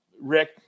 Rick